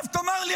עכשיו תאמר לי,